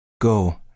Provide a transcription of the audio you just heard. Go